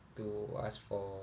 to ask for